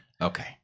okay